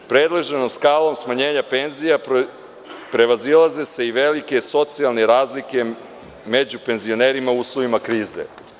Predloženom skalom smanjenja penzija prevazilaze se i velike socijalne razlike među penzionerima u uslovima krize.